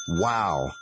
Wow